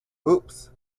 oops